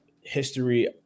history